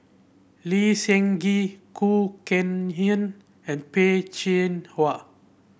Lee Seng Gee Khoo Kay Hian and Peh Chin Hua